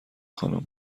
خانوم